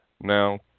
Now